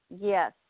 Yes